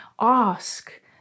ask